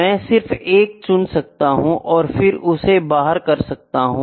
मैं सिर्फ 1 चुन सकता हूं और फिर उसे बाहर कर सकता हूं